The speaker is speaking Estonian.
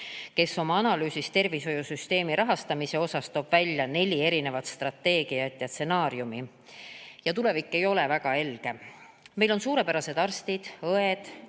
kes oma analüüsis tervishoiusüsteemi rahastamise kohta toob välja neli strateegiat ja stsenaariumi. Ja tulevik ei ole väga helge. Meil on suurepärased arstid, õed,